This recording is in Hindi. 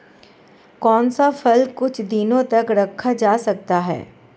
कौन सा फल कुछ दिनों तक रखा जा सकता है?